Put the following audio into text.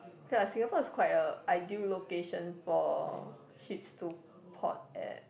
ya Singapore is quite a ideal location for ships to port at